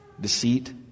deceit